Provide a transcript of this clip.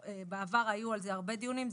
בעבר היו על זה הרבה דיונים.